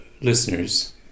listeners